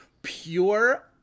Pure